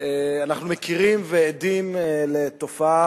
בשנים האחרונות אנחנו מכירים ועדים לתופעה,